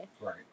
right